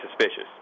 suspicious